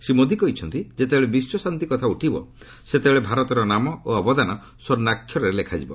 ଶ୍ରୀ ମୋଦି କହିଛନ୍ତି ଯେତେବେଳେ ବିଶ୍ୱଶାନ୍ତି କଥା ଉଠିବ ସେତେବେଳେ ଭାରତର ନାମ ଓ ଅବଦାନ ସ୍ୱର୍ଣ୍ଣାକ୍ଷରରେ ଲେଖାଯିବ